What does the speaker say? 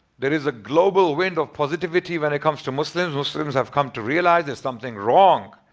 there is a global wind of positivity when it comes to muslims. muslims have come to realize, there's something wrong.